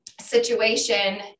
situation